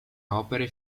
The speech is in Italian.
opere